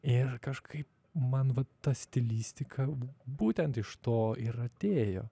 ir kažkaip man vat ta stilistika būtent iš to ir atėjo